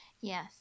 Yes